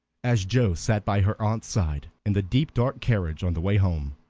as joe sat by her aunt's side in the deep dark carriage on the way home,